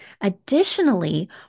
Additionally